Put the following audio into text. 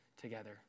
together